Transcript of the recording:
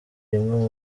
rimwe